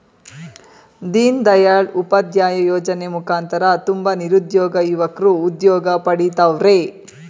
ದೀನ್ ದಯಾಳ್ ಉಪಾಧ್ಯಾಯ ಯೋಜನೆ ಮುಖಾಂತರ ತುಂಬ ನಿರುದ್ಯೋಗ ಯುವಕ್ರು ಉದ್ಯೋಗ ಪಡಿತವರ್ರೆ